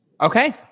Okay